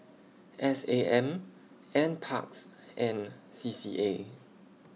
S A M NParks and C C A